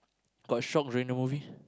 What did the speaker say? got shock during the movie